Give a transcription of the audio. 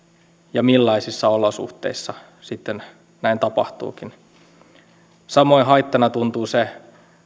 ja millaisissa olosuhteissa sitten näin tapahtuukin samoin haittana tuntuu se